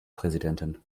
präsidentin